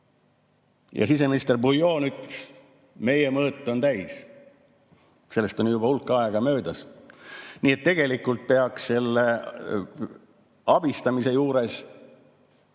siseminister Bouillon ütles, et meie mõõt on täis. Sellest on juba hulk aega möödas. Nii et tegelikult peaks selle abistamise juures